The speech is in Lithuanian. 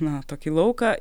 na tokį lauką